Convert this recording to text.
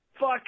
Fuck